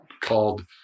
called